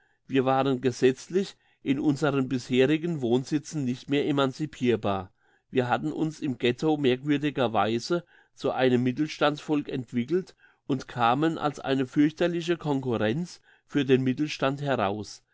wir waren gesetzlich in unseren bisherigen wohnsitzen nicht mehr emancipirbar wir hatten uns im ghetto merkwürdigerweise zu einem mittelstandsvolk entwickelt und kamen als eine fürchterliche concurrenz für den mittelstand heraus